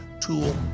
tool